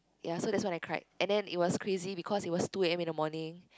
ya so that's when I cried and then it was crazy because it was two A_M in the morning